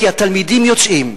כי התלמידים יוצאים,